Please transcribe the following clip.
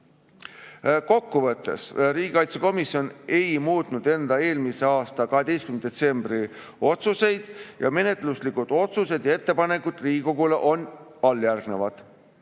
Kokkuvõtteks. Riigikaitsekomisjon ei muutnud enda eelmise aasta 12. detsembri otsuseid. Menetluslikud otsused ja ettepanekud Riigikogule on järgnevad.